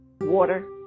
water